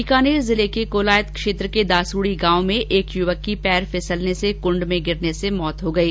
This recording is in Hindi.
बीकानेर जिले के कोलायत क्षेत्र के दासूड़ी गांव में एक युवक की पैर फिसलने से कुंड में गिरने से मौत हो गयी